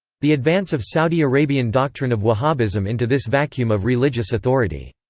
the advance of saudi arabian doctrine of wahhabism into this vacuum of religious authority.